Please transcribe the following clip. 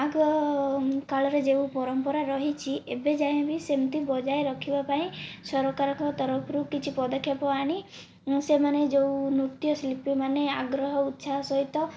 ଆଗକାଳରେ ଯେଉଁ ପରମ୍ପରା ରହିଛି ଏବେ ଯାଏ ବି ସେମିତି ବଜାୟ ରଖିବା ପାଇଁ ସରକାରଙ୍କ ତରଫରୁ କିଛି ପଦକ୍ଷପ ଆଣି ସେମାନେ ଯେଉଁ ନୃତ୍ୟଶିଳ୍ପୀ ମାନେ ଆଗ୍ରହ ଉତ୍ସାହ ସହିତ